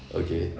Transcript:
okay